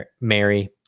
Mary